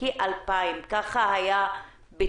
מדובר בכ-2,000 תלמידים וכך נאמר גם